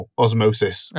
osmosis